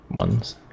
ones